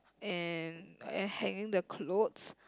and and hanging the clothes